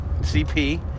CP